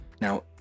now